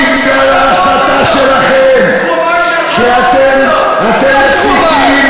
הוא אמר שאתה לא עוזר לו.